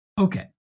Okay